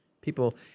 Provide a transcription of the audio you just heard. people